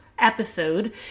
episode